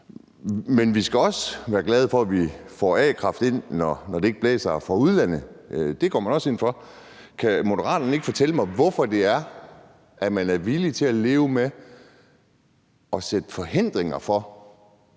men vi skal også være glade for, at vi får a-kraft ind, når det ikke blæser, fra udlandet. Det går man også ind for. Kan Moderaterne ikke fortælle mig, hvorfor det er, at man er villig til at leve med at lave forhindringer for